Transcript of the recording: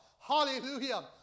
Hallelujah